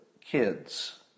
kids